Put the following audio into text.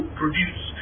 produce